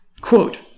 Quote